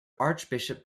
archbishop